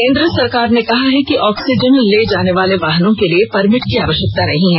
केन्द्र सरकार ने कहा है कि ऑक्सीजन ले जाने वाले वाहनों के लिए परमिट की आवश्यकता नहीं है